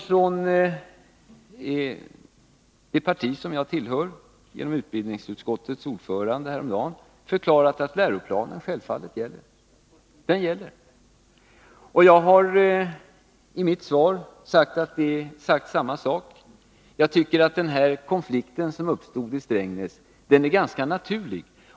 Från det parti jag tillhör har vi genom utbildningsutskottets ordförande häromdagen förklarat att läroplanen självfallet gäller. Jag har i mitt svar sagt samma sak. Jag tycker att den konflikt som uppstod i Strängnäs är ganska naturlig.